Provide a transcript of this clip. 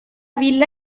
villa